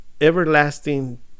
everlasting